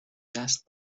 دست